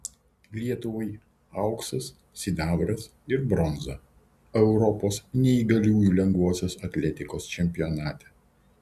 lietuvai auksas sidabras ir bronza europos neįgaliųjų lengvosios atletikos čempionate